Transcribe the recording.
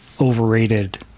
overrated